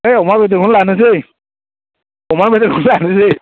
ए अमा बेदरखौनो लानोसै अमा बेदरखौनो लानोसै